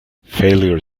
failure